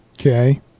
okay